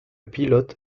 pilote